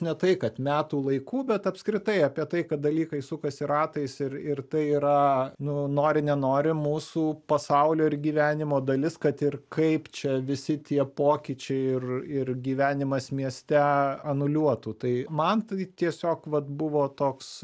ne tai kad metų laikų bet apskritai apie tai kad dalykai sukasi ratais ir ir tai yra nu nori nenori mūsų pasaulio ir gyvenimo dalis kad ir kaip čia visi tie pokyčiai ir ir gyvenimas mieste anuliuotų tai man tai tiesiog vat buvo toks